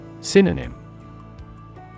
Synonym